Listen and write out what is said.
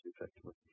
effectively